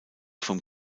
vom